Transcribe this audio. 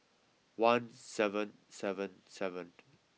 one seven seven seven